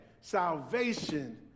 Salvation